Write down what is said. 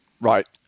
Right